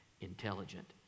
intelligent